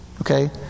Okay